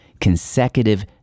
consecutive